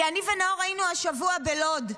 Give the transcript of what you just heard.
אני ונאור היינו השבוע בלוד,